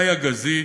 איה גזית,